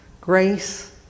grace